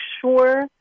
sure